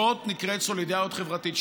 זאת נקראת סולידריות חברתית.